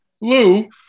Lou